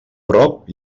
prop